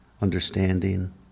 understanding